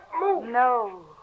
No